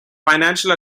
financial